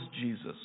Jesus